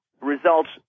results